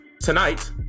tonight